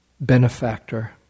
benefactor